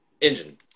Engine